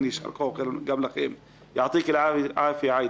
יעתיק אל-עפיה, עאידה.